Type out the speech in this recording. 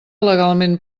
legalment